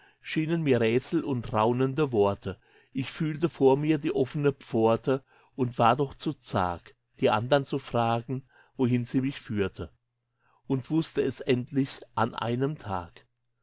schienen mir rätsel und raunende worte ich fühlte vor mir die offene pforte und war doch zu zag die andern zu fragen wohin sie mich führte und wußte es endlich an einem tag